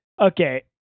Okay